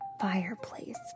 fireplace